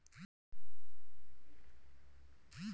छतीसगढ़ के धान के कटोरा कहल जाला